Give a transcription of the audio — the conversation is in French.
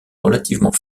relativement